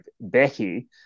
Becky